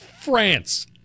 France